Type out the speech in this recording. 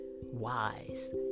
wise